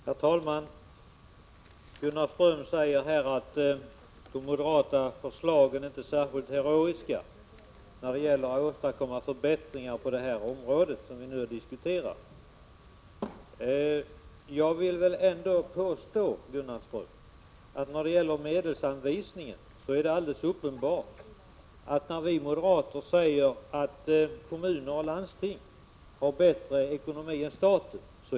Herr talman! Gunnar Ström säger att de moderata förslagen inte är särskilt heroiska när det gäller att åstadkomma förbättringar på det område som vi nu diskuterar. Jag vill ändå påstå, Gunnar Ström, att det när det gäller medelsanvisningen är alldeles uppenbart att — som vi moderater säger — kommuner och landsting har bättre ekonomi än staten.